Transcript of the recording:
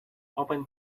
open